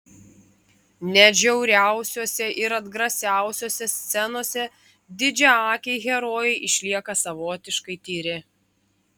net žiauriausiose ir atgrasiausiose scenose didžiaakiai herojai išlieka savotiškai tyri